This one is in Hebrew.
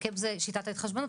הקאפ זו שיטת ההתחשבנות,